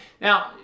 Now